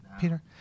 Peter